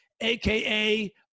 aka